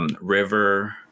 River